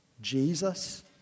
Jesus